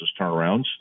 turnarounds